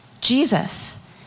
Jesus